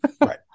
Right